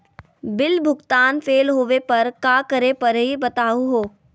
Bill भुगतान fail होवे पर का करै परही, बताहु हो?